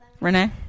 Renee